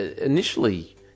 initially